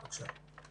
בבקשה.